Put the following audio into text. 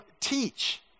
teach